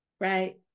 Right